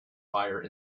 fire